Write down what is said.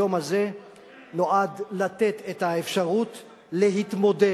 היום הזה נועד לתת את האפשרות להתמודד,